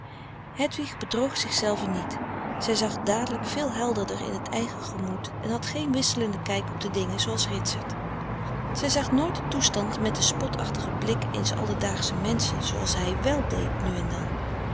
hedwig bedroog zichzelve niet zij zag dadelijk veel helderder in t eigen gemoed en had geen wisselenden kijk op de dingen zooals ritsert zij zag nooit den toestand met den spotachtigen blik eens alledaagschen menschen zooals hij wèl deed nu en dan